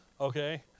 Okay